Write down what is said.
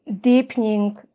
deepening